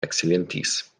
eksilentis